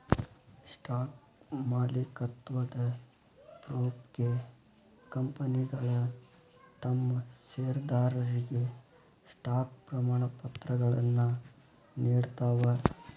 stock ಮಾಲೇಕತ್ವದ ಪ್ರೂಫ್ಗೆ ಕಂಪನಿಗಳ ತಮ್ ಷೇರದಾರರಿಗೆ ಸ್ಟಾಕ್ ಪ್ರಮಾಣಪತ್ರಗಳನ್ನ ನೇಡ್ತಾವ